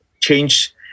change